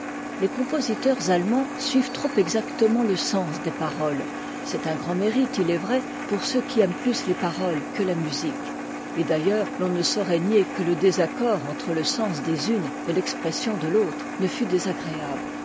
les compositeurs allemands suivent trop exactement le sens des paroles c'est un grand mérite il est vrai pour ceux qui aiment plus les paroles que la musique et d'ailleurs l'on ne saurait nier que le désaccord entre le sens des unes et l'expression de l'autre ne fût désagréable